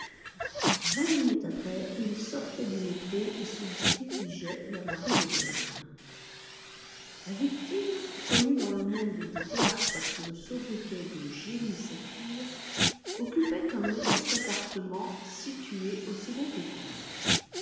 vingt minutes après il sortait du métro et se dirigeait vers la rue de berne la victime connue dans le monde des théâtres sous le sobriquet de jenny saphir occupait un modeste appartement situé au second étage